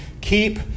keep